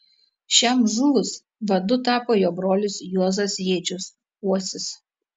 šiam žuvus vadu tapo jo brolis juozas jėčius uosis